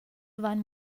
vain